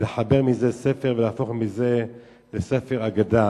לחבר מזה ספר ולהפוך את זה לספר אגדה.